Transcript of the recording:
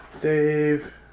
Dave